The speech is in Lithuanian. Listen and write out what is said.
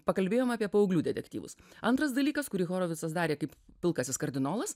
pakalbėjom apie paauglių detektyvus antras dalykas kurį horovicas darė kaip pilkasis kardinolas